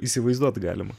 įsivaizduoti galima